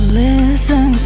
listen